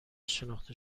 شناخته